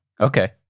Okay